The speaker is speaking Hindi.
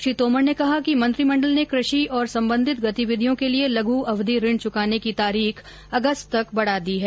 श्री तोमर ने कहा कि मंत्रिमंडल ने कृषि और संबंधित गतिविधियों के लिए लघु अवधि ऋण चुकाने की तारीख अगस्त तक बढ़ा दी है